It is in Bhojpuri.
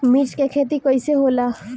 मिर्च के खेती कईसे होला?